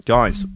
Guys